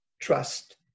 trust